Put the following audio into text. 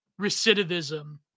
Recidivism